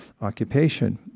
occupation